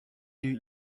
you